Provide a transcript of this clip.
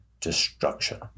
destruction